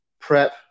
prep